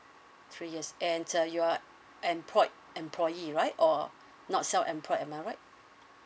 three yes and uh you are employed employee right or not self employed am I right